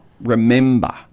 remember